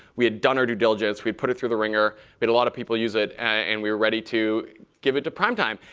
we had done our due diligence. we had put it through the ringer. we had a lot of people use it, and we were ready to give it to prime time.